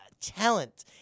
talent